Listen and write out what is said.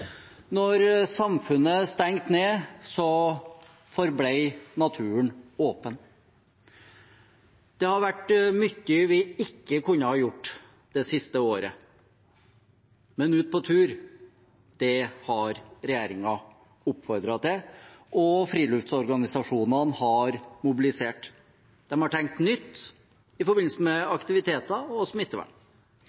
samfunnet stengte ned, forble naturen åpen. Det har vært mye vi ikke har kunnet gjøre det siste året, men å dra på tur har regjeringen oppfordret til, og friluftsorganisasjonene har mobilisert. De har tenkt nytt i forbindelse med